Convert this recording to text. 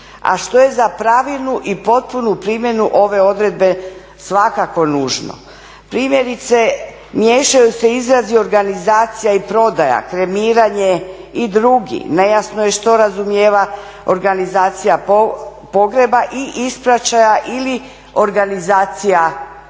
a što je za pravilnu i potpunu primjenu ove odredbe svakako nužno. Primjerice, miješaju se izrazi organizacija i prodaja, kremiranje i drugi, nejasno je što razumijeva organizacija pogreba i ispraćaja ili organizacija prodaje